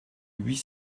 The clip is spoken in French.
huit